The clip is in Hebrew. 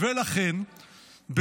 ולכן,